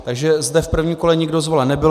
Takže zde v prvním kole nikdo zvolen nebyl.